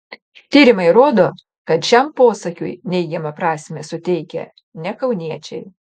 tyrimai rodo kad šiam posakiui neigiamą prasmę suteikia ne kauniečiai